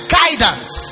guidance